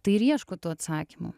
tai ir ieško tų atsakymų